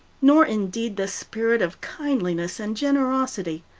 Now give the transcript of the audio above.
nor indeed the spirit of kindliness and generosity.